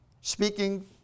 Speaking